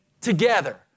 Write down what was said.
together